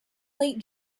late